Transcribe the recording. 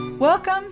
Welcome